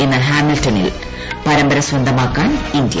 ഇന്ന് ഹാമിൽറ്റണിൽ പരമ്പര സ്വന്തമാക്കാൻ ഇന്തൃ